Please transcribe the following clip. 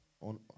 on